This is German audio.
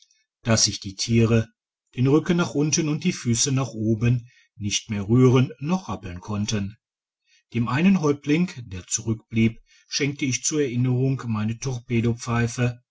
dass sich die tiere den rücken nach unten und die füsse nach oben nicht mehr rühren noch rappeln konnten dem einen häuptling der zurückblieb schenkte ich zur erinnerung meine